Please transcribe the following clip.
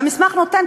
והמסמך נותן,